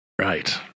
Right